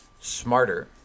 smarter